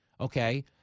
okay